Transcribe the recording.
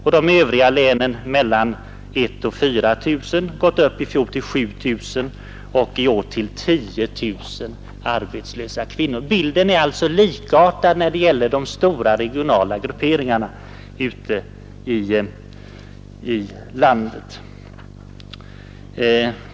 I de övriga länen har de varit 1.000 å 4 000 men i fjol gått upp till 7 000 och i år till 10 000 arbetslösa kvinnor. Bilden är alltså likartad vad beträffar de stora regionala grupperingarna ute i landet.